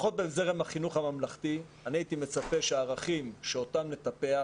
לפחות בזרם החינוך הממלכתי אני הייתי מצפה שערכים שאותם נטפח